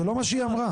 זה לא מה שהיא אמרה.